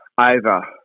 over